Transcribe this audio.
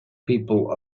people